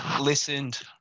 listened